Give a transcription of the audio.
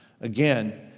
again